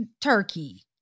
Turkey